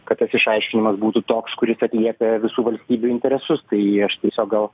kad tas išaiškinimas būtų toks kuris atliepia visų valstybių interesus tai aš tiesiog gal